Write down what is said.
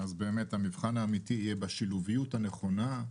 המבחן האמיתי יהיה בשילוביות הנכונה,